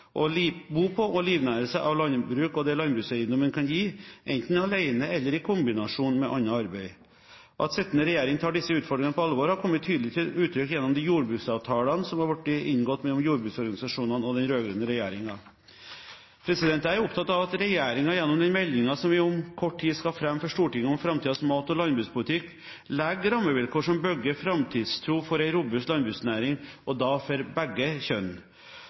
å bo på landet og livnære seg av landbruk og det landbrukseiendommen kan gi, enten alene eller i kombinasjon med annet arbeid. At sittende regjering tar disse utfordringene på alvor, har kommet tydelig til uttrykk gjennom de jordbruksavtalene som har blitt inngått mellom jordbruksorganisasjonene og den rød-grønne regjeringen. Jeg er opptatt av at regjeringen, gjennom den meldingen som vi om kort tid skal fremme for Stortinget om framtidens mat- og landbrukspolitikk, legger rammevilkår som bygger framtidstro, for en robust landbruksnæring – og da for begge kjønn.